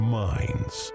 minds